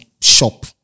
shop